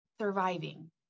surviving